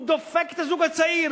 הוא דופק את הזוג הצעיר,